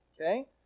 Okay